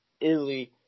Italy